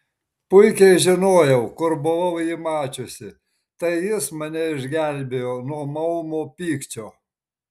puikiai žinojau kur buvau jį mačiusi tai jis mane išgelbėjo nuo maumo pykčio